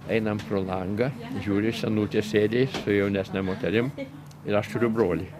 einam pro langą žiūri senutė sėdi su jaunesne moterim ir aš turiu brolį